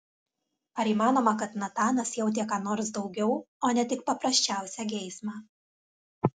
ar įmanoma kad natanas jautė ką nors daugiau o ne tik paprasčiausią geismą